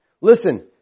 Listen